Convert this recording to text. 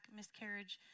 miscarriage